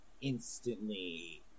instantly